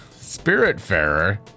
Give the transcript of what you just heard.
Spiritfarer